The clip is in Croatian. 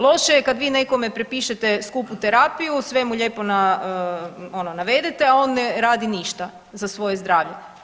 Loše je kad vi nekome propišete skupu terapiju sve mu lijepo navedete, a on ne radi ništa za svoje zdravlje.